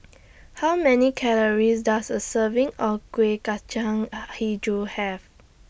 How Many Calories Does A Serving of Kueh Kacang Hijau Have